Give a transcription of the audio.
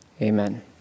Amen